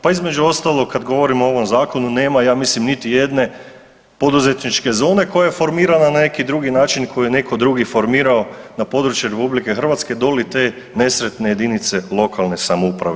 Pa između ostalog, kad govorimo o ovom Zakonu, nema, ja mislim niti jedne poduzetničke zone koja je formirana na neki drugi način i koju je netko drugi formirao na područje RH doli te nesretne jedinice lokalne samouprave.